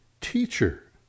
teacher